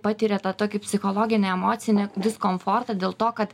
patiria tą tokį psichologinį emocinį diskomfortą dėl to kad